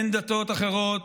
אין דתות אחרות.